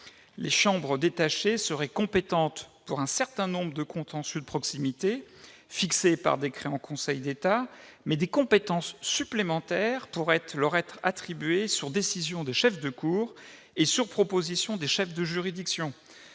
Les chambres détachées seraient compétentes pour un certain nombre de contentieux de proximité, déterminés par décret en Conseil d'État, mais des compétences supplémentaires pourraient leur être attribuées sur décision des chefs de cour et sur proposition des chefs de juridiction.,